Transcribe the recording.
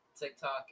TikTok